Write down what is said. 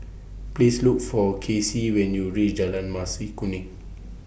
Please Look For Casey when YOU REACH Jalan Mas Kuning